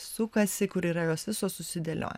sukasi kur yra jos visos susidėlioja